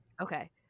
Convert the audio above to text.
okay